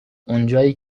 اونجایی